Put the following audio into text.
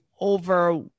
over